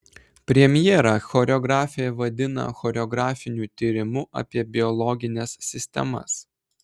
premjerą choreografė vadina choreografiniu tyrimu apie biologines sistemas